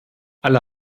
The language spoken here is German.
alle